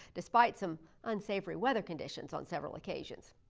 despite some unsavory weather conditions on several occasions.